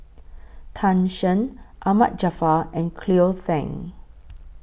Tan Shen Ahmad Jaafar and Cleo Thang